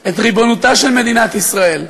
את ריבונותה של מדינת ישראל.